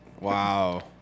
Wow